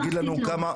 כלל מערכתית - לא.